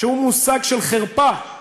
שהוא מושג של חרפה"